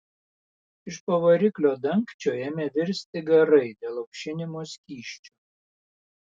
iš po variklio dangčio ėmė virsti garai dėl aušinimo skysčio